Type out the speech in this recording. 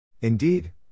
Indeed